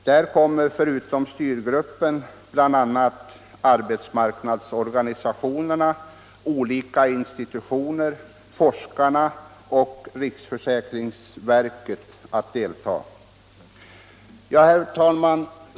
Där kommer förutom Sjukfrånvaron i arbetslivet Sjukfrånvaron i arbetslivet 50 Herr talman!